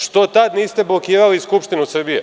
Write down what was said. Što tada niste blokirali Skupštinu Srbije?